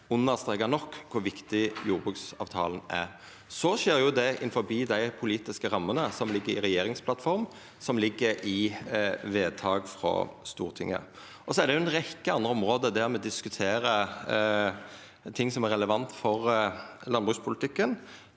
understreka nok kor viktig jordbruksavtalen er. Det skjer innanfor dei politiske rammene som ligg i regjeringsplattforma, og som ligg i vedtak frå Stortinget. Det er ei rekkje andre område der me diskuterer ting som er relevante for landbrukspolitikken.